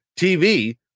TV